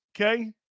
Okay